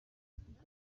afurika